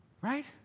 Right